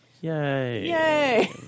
Yay